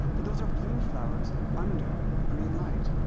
but those are blue flowers under green light.